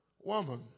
Woman